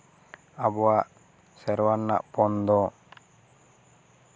ᱟᱵᱚᱣᱟᱜ ᱥᱮᱨᱣᱟ ᱨᱮᱭᱟᱜ ᱯᱚᱱ ᱫᱚ